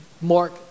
Mark